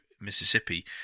Mississippi